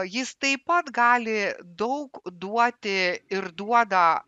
jis taip pat gali daug duoti ir duoda